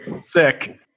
Sick